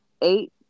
eight